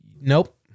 nope